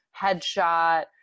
headshot